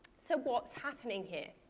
so what's happening here?